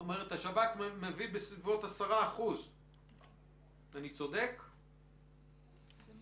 אבל בשבועות האחרונים אנחנו רואים עלייה מאוד